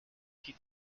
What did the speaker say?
die